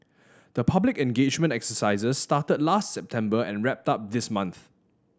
the public engagement exercises started last September and wrapped up this month